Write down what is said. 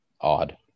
odd